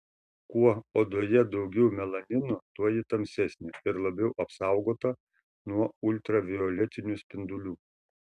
kuo odoje daugiau melanino tuo ji tamsesnė ir labiau apsaugota nuo ultravioletinių spindulių